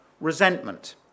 Resentment